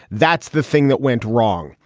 that's the thing that went wrong.